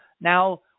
Now